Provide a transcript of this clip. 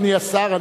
אדוני השר,